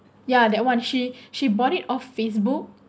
ya that one she she bought it off Facebook